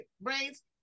brains